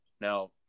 Now